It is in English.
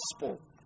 gospel